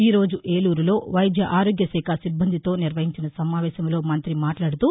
ఈ రోజు ఏలూరులో వైద్య ఆరోగ్య శాఖ సిబ్బందితో నిర్వహించిన సమావేశంలో మంతి మాట్లాడుతూ